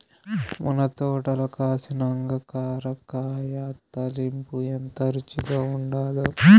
మన తోటల కాసిన అంగాకర కాయ తాలింపు ఎంత రుచిగా ఉండాదో